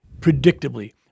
Predictably